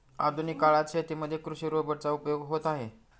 आधुनिक काळात शेतीमध्ये कृषि रोबोट चा उपयोग होत आहे